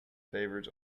favours